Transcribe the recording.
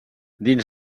dins